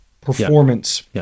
performance